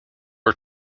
are